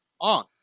on